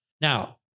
Now